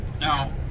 Now